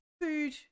food